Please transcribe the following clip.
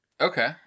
Okay